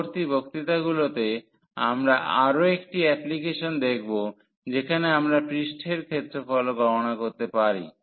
পরবর্তী বক্তৃতাগুলিতে আমরা আরও একটি অ্যাপ্লিকেশন দেখব যেখানে আমরা পৃষ্ঠের ক্ষেত্রফলও গণনা করতে পারি